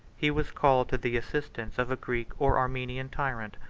he was called to the assistance of a greek or armenian tyrant,